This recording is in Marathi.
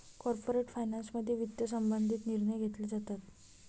कॉर्पोरेट फायनान्समध्ये वित्त संबंधित निर्णय घेतले जातात